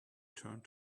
turned